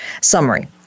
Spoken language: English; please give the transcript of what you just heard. summary